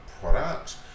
product